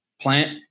Plant